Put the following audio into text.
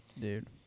dude